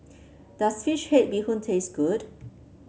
does fish head Bee Hoon taste good